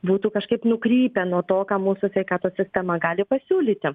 būtų kažkaip nukrypę nuo to ką mūsų sveikatos sistema gali pasiūlyti